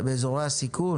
באזורי הסיכון